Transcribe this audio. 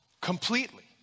Completely